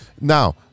Now